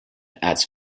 adds